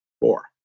four